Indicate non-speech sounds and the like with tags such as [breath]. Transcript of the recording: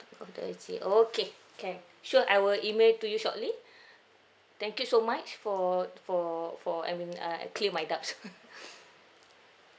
of the I_C okay can sure I will email to you shortly [breath] thank you so much for for for I mean uh clear my doubts [laughs]